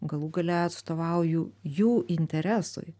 galų gale atstovauju jų interesui